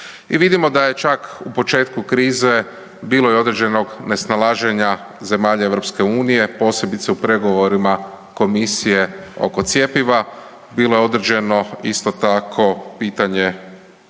I vidimo da je čak u početku krize bilo i određenog nesnalaženja zemalja EU, posebice u pregovorima komisije oko cjepiva, bilo je određeno isto tako pitanje,